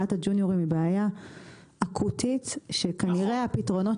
בעיית הג'וניורים היא בעיה אקוטית שכנראה הפתרונות